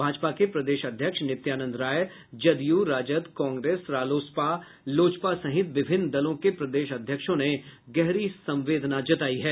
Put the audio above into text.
भाजपा के प्रदेश अध्यक्ष नित्यानंद राय जदयू राजद कांग्रेस रालोसपा लोजपा सहित विभिन्न दलों के प्रदेश अध्यक्षों ने गहरी संवेदना जतायी है